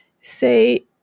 say